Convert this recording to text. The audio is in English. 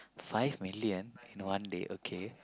five million in one day okay